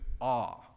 awe